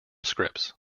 scripts